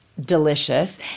delicious